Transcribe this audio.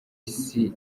isi